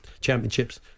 Championships